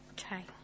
Okay